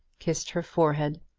kissed her forehead,